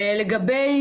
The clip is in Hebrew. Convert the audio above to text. לגבי